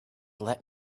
let